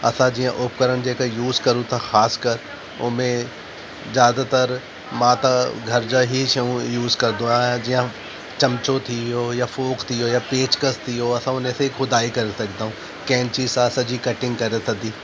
असां जीअं उपकरण जेका यूज़ करूं था ख़ासि करे हुन में ज़्यादातर मां त घर जा ई शयूं यूज़ कंदो आहियां जीअं चमिचो थी वियो या फ़ोक थी वेई या पेचकस थी वियो असां हुन से खुदाई करे सघंदा ऐं कैंची सां सॼी कटिंग करे सॼी